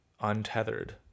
untethered